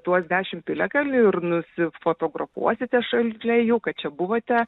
tuos dešim piliakalnių ir nusifotografuosite šalia jų kad čia buvote